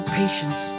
patience